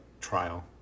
trial